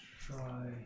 try